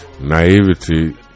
naivety